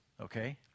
okay